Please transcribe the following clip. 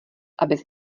abys